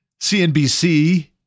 CNBC